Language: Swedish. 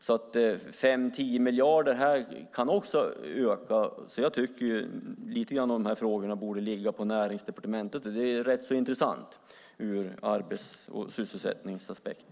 5-10 miljarder kan det alltså öka här, och jag tycker att lite av dessa frågor borde ligga på Näringsdepartementet. Det är rätt intressant ur en arbets och sysselsättningsaspekt.